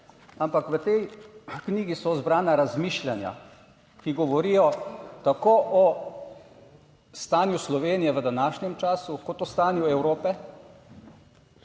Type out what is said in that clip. ampak v tej knjigi so zbrana razmišljanja, ki govorijo tako o stanju Slovenije v današnjem času kot o stanju Evrope,